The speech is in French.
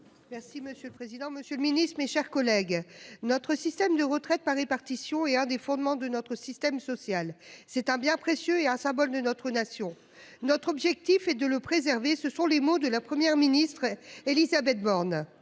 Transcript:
Merci monsieur le président, Monsieur le Ministre, mes chers collègues. Notre système de retraite par répartition est un des fondements de notre système social, c'est un bien précieux et un symbole de notre nation, notre objectif est de le préserver ce sont les mots de la Première ministre Élisabeth Borne.